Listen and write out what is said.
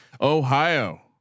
Ohio